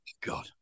God